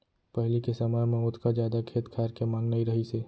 पहिली के समय म ओतका जादा खेत खार के मांग नइ रहिस हे